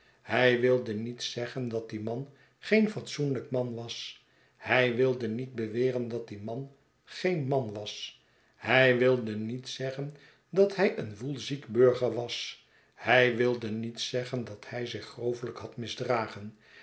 hij wilde niet zeggen dat die man geen fatsoenlijk man was hij wilde niet beweren dat die man geen man was hij wilde niet zeggen dat hij een woelziek burger was hij wilde niet zeggen dat hij zich grovelijk had misdragen